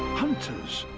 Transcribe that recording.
hunters,